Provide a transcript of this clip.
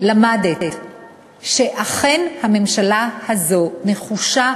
למדת שאכן הממשלה הזו נחושה